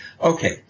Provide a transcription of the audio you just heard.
Okay